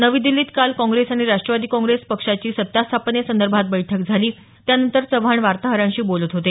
नवी दिल्लीत काल काँग्रेस आणि राष्ट्रवादी काँग्रेसची सत्ता स्थापनेसंदर्भात बैठक झाली त्यानंतर चव्हाण वार्ताहरांशी बोलत होते